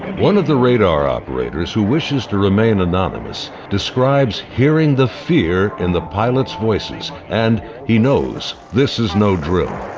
one of the radar operators who wishes to remain anonymous describes hearing the fear in the pilot's voices, and he knows this is no drill.